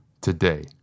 today